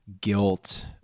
guilt